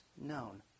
known